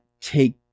take